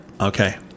Okay